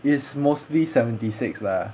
is mostly seventy six lah